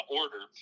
order